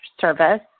service